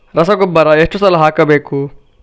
ರಸಗೊಬ್ಬರ ಎಷ್ಟು ಸಲ ಹಾಕಬೇಕು?